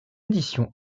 éditions